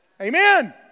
Amen